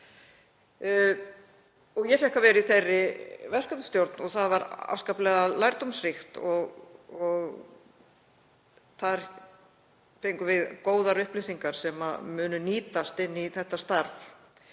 Ég fékk að vera í þeirri verkefnastjórn og það var afskaplega lærdómsríkt og þar fengum við góðar upplýsingar sem munu nýtast inn í þetta starf.